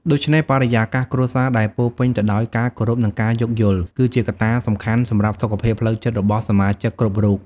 ដូច្នេះ បរិយាកាសគ្រួសារដែលពោរពេញទៅដោយការគោរព និងការយោគយល់ គឺជាកត្តាសំខាន់សម្រាប់សុខភាពផ្លូវចិត្តរបស់សមាជិកគ្រប់រូប។